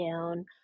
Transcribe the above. down